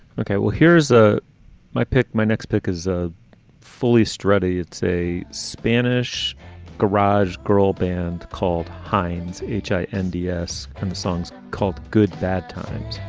okay, well, here's ah my pick. my next pick is a fully strelley it's a spanish garage girl band called heine's each. and yes, from the song's called good bad times.